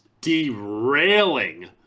derailing